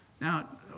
Now